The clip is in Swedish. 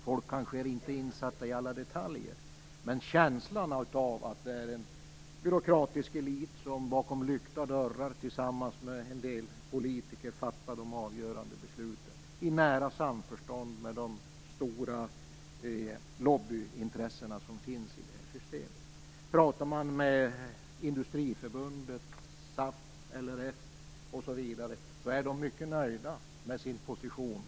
Folk är kanske inte insatta i alla detaljer, men de har känslan av att det är en byråkratisk elit som bakom lyckta dörrar tillsammans med en del politiker fattar de avgörande besluten i nära samförstånd med de stora lobbyintressena som finns i detta system. Talar man med representanter för Industriförbundet, SAF, LRF osv. så är de mycket nöjda med sin position.